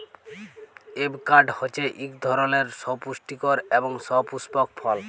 avocado হছে ইক ধরলের সুপুষ্টিকর এবং সুপুস্পক ফল